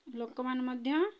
ଲୋକମାନେ ମଧ୍ୟ